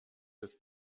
des